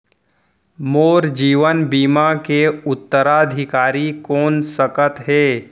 मोर जीवन बीमा के उत्तराधिकारी कोन सकत हे?